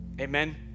Amen